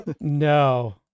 No